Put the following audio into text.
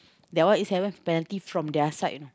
that one is sev~ penalty from their side you know